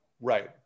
Right